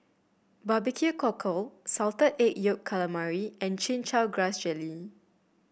Barbecue Cockle Salted Egg Yolk Calamari and Chin Chow Grass Jelly